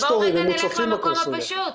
בוא רגע נלך למקום הפשוט,